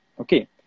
Okay